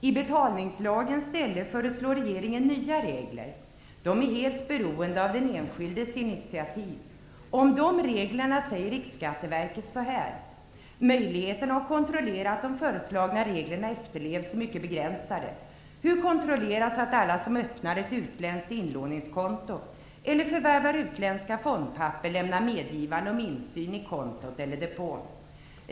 I betalningslagens ställe förslår regeringen nya regler. De är helt beroende av den enskildes initiativ. Riksskatteverket säger så här om dessa regler: Möjligheterna att kontrollera att de föreslagna reglerna efterlevs är mycket begränsade. Hur kontrolleras att alla som öppnar ett utländsk inlåningskonto eller förvärvar utländska fondpapper lämnar medgivande om insyn i kontot eller depån?